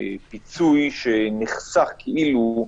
פיצוי שנחסך כאילו,